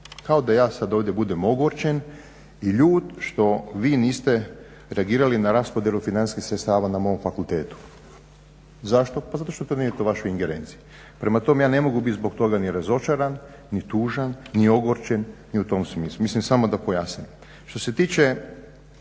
Kao da ja sad ovdje budem ogorčen i ljut što vi niste reagirali na raspodjelu financijskih sredstava na mom fakultetu. Zašto? Pa zato što to nije u vašoj ingerenciji. Prema tome, ja ne mogu bit zbog toga ni razočaran, ni tužan, ni ogorčen, ni u tom smislu. Mislim samo da pojasnim. Što se tiče